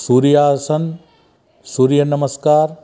सूर्य आसन सूर्य नमस्कार